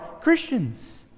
Christians